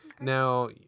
Now